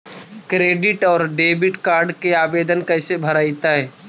Credit और debit card के आवेदन कैसे भरैतैय?